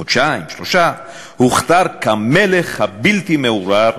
חודשיים, שלושה חודשים, הוכתר כמלך הבלתי-מעורער